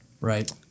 Right